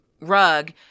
rug